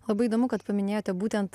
labai įdomu kad paminėjote būtent